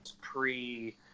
pre